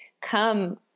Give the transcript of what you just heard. come